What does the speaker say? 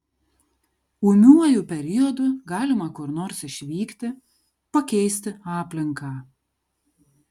ūmiuoju periodu galima kur nors išvykti pakeisti aplinką